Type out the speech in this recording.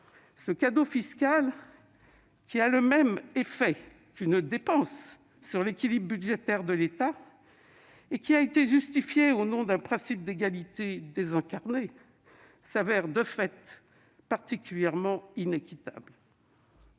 Ce cadeau fiscal, qui a le même effet qu'une dépense sur l'équilibre budgétaire de l'État et qui a été justifié au nom d'un principe d'égalité désincarné, se révèle de fait particulièrement inéquitable.